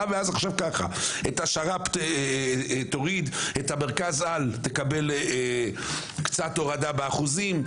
ועכשיו ככה: את השר"פ תוריד; את מרכז-העל תקבל קצת הורדה באחוזים;